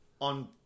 on